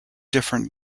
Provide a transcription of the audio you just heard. different